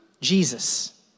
Jesus